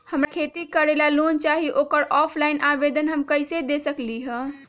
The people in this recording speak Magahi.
हमरा खेती करेला लोन चाहि ओकर ऑफलाइन आवेदन हम कईसे दे सकलि ह?